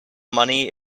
money